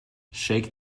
shake